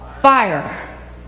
Fire